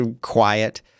quiet